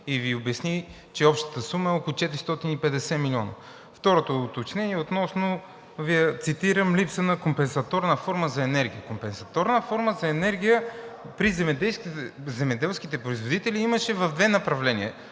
и Ви обясни, че общата сума е около 450 милиона. Второто уточнение е относно – цитирам: „Липса на компенсаторна форма за енергия“. Компенсаторна форма за енергия при земеделските производители имаше в две направления: